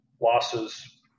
losses